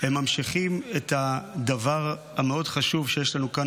הם ממשיכים את הדבר המאוד-חשוב שיש לנו כאן